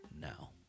now